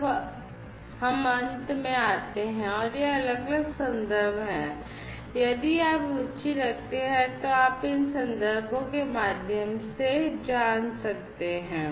अब हम अंत में आते हैं ये अलग अलग संदर्भ हैं यदि आप रुचि रखते हैं तो आप इन संदर्भों के माध्यम से जान सकते हैं